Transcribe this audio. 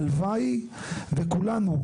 הלוואי וכולנו,